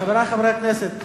חברי חברי הכנסת,